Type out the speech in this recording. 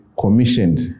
commissioned